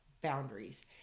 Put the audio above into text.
boundaries